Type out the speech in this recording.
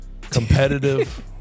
Competitive